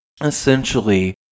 Essentially